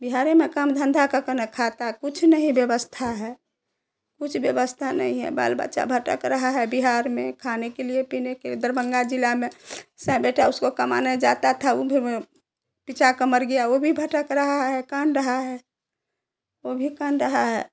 बिहार में ही काम धंधा करके ना खाता कुछ नहीं व्यवस्था है कुछ व्यवस्था नहीं है बाल बच्चा भटक रहा है बिहार में खाने के लिए पीने के दरभंगा जिला में सा बेटा उसको कमाने जाता था वो भी पिचा क मर गया वो भी भटक रहा है कान रहा है वो भी कान रहा है